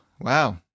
wow